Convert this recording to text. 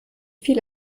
viel